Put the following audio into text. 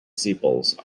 sepals